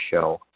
show